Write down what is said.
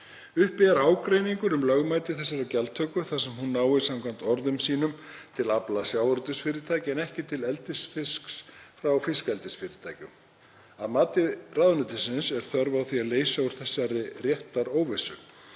Uppi er ágreiningur um lögmæti þessarar gjaldtöku þar sem hún nái samkvæmt orðum sínum til afla sjávarútvegsfyrirtækja en ekki til eldisfisks frá fiskeldisfyrirtækjum. Að mati ráðuneytisins er þörf á því að leysa úr þessari réttaróvissu.